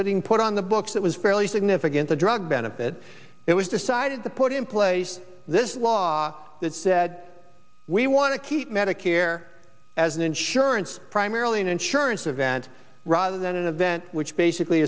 putting put on the books that was fairly significant the drug benefit it was decided to put in place this law that said we want to keep medicare as an insurance primarily an insurance event rather than an event which basically